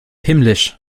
himmlisch